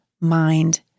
mind